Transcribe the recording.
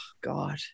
God